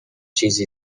چیزی